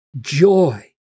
joy